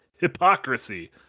Hypocrisy